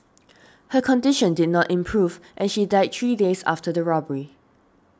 her condition did not improve and she died three days after the robbery